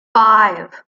five